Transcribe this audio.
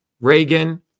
Reagan